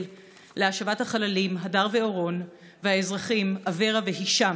להשבת החללים הדר ואורון והאזרחים אברה והישאם,